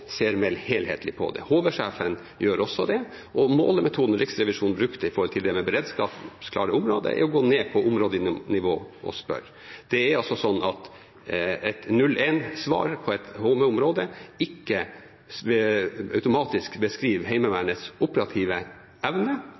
ser mye mer nyansert og mer helthetlig på det. HV-sjefen gjør også det. Målemetoden Riksrevisjonen brukte når det gjelder beredskapsklare områder, er å gå ned på områdenivå og spørre. Det er altså sånn at et null–én-svar på et HV-område ikke automatisk beskriver Heimevernets operative evne,